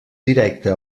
directa